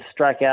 strikeout